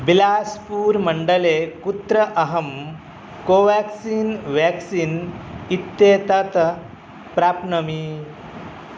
बिलास्पूर् मण्डले कुत्र अहं कोवेक्सिन् वेक्सीन् इत्येतत् प्राप्नोमि